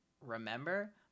remember